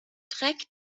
trägt